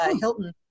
Hilton